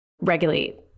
regulate